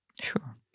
Sure